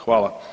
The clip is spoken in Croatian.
Hvala.